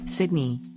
Sydney